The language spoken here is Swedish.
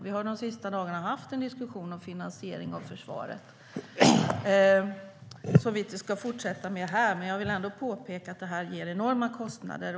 Vi har de senaste dagarna haft en diskussion om finansieringen av försvaret, och även om vi inte ska fortsätta med den här vill jag påpeka att det ger enorma kostnader.